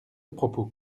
propos